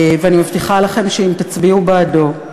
אני מבטיחה לכם שאם תצביעו בעדו,